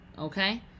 okay